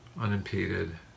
unimpeded